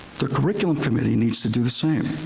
the curriculum committee needs to do the same.